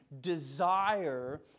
desire